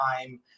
time